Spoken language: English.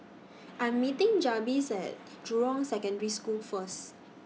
I'm meeting Jabez At Jurong Secondary School First